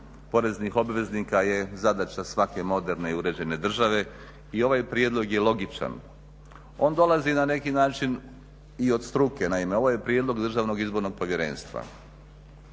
poreznih obveznika je zadaća svake moderne i uređene države i ovaj prijedlog je logičan. On dolazi na neki način i od struke, naime ovo je prijedlog Državnog izbornog povjerenstva.